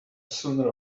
sooner